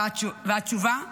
והתשובה שערורייתית.